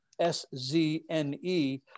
S-Z-N-E